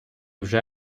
вже